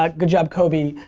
ah good job kobe.